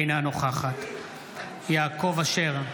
אינה נוכחת יעקב אשר,